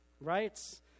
Right